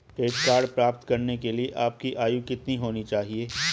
Credit card प्राप्त करने के लिए आपकी आयु कितनी होनी चाहिए?